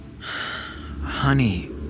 Honey